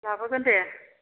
लाबोगोन दे